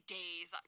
days